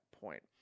point